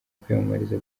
kwiyamamariza